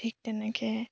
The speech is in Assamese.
ঠিক তেনেকৈ